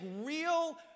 real